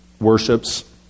worships